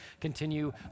continue